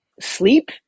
Sleep